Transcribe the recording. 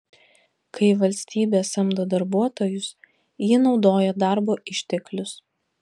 kai valstybė samdo darbuotojus ji naudoja darbo išteklius